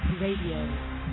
Radio